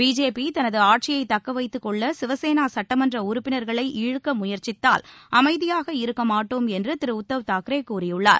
BJP தனது ஆட்சியை தக்க வைத்துக் கொள்ள சிவசேனா சுட்டமன்ற உறுப்பினர்களை இழுக்க முயற்சித்தால் அமைதியாக இருக்க மாட்டோம் என்று திரு உத்தவ் தாக்கரே கூறியுள்ளார்